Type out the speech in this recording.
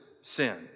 sin